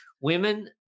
women